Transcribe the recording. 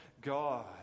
God